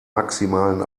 maximalen